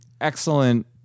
excellent